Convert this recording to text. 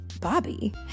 Bobby